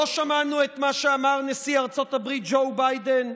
לא שמענו את מה שאמר נשיא ארצות הברית ג'ו ביידן?